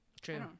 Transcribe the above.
True